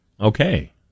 Okay